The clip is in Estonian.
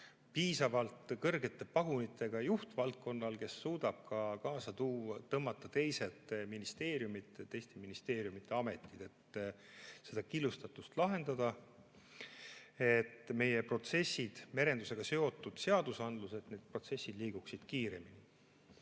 piisavalt kõrgete pagunitega juht, kes suudaks kaasa tõmmata ka teised ministeeriumid ja teiste ministeeriumide ametid, et seda killustatust lahendada, et meie protsessid, ka merendusega seotud seadusandluse protsessid liiguksid kiiremini.